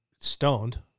stoned